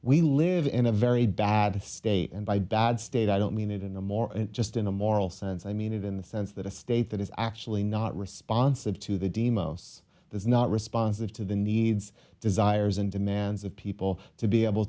we live in a very bad state and by bad state i don't mean it in a more just in a moral sense i mean it in the sense that a state that is actually not responsive to the deimos is not responsive to the needs desires and demands of people to be able